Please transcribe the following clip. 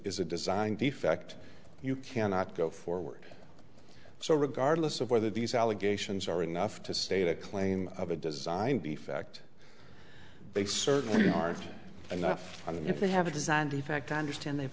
is a design defect you cannot go forward so regardless of whether these allegations are enough to state a claim of a design defect they certainly aren't enough and if they have a design defect i understand they've